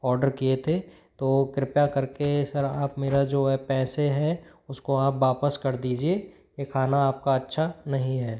order किए थे तो कृपया करके सर आप मेरा जो है पैसे हैं उसको आप वापस कर दीजिए ये खाना आपका अच्छा नहीं है